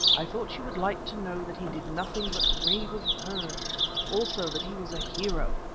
i thought she would like to know that he did nothing but rave of her also that he was a hero,